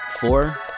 four